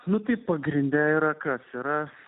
nu tai pagrinde yra kas yra